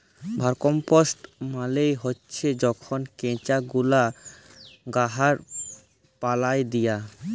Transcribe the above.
vermicompost মালে হছে যখল কেঁচা গুলা গাহাচ পালায় দিয়া